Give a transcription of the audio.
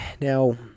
Now